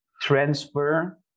transfer